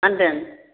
मा होन्दों